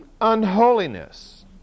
unholiness